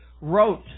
wrote